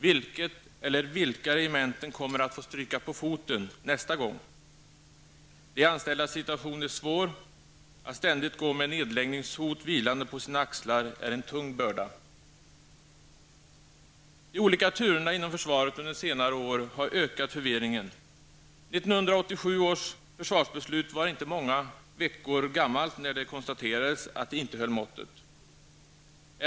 Vilket eller vilka regementen kommer att få stryka på foten nästa gång? De anställdas situation är svår. Att ständigt gå med nedläggningshot vilande på sina axlar är en tung börda. De olika turerna inom försvaret under senare år har ökat förvirringen. 1987 års försvarsbeslut var inte många veckor gammalt när det konstaterades att det inte höll måttet.